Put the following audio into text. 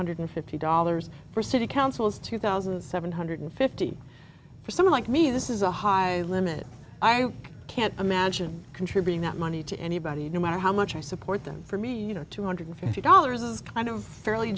hundred and fifty dollars for city council is two thousand seven hundred and fifty dollars for someone like me this is a high limit i can't imagine contributing that money to anybody no matter how much i support them for me you know two hundred and fifty dollars is kind of fairly